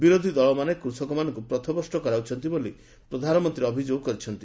ବିରୋଧୀ ଦଳମାନେ କୃଷକମାନଙ୍କୁ ପଥଭ୍ରଷ୍ଟ କରାଉଛନ୍ତି ବୋଲି ପ୍ରଧାନମନ୍ତୀ ଅଭିଯୋଗ କରିଛନ୍ତି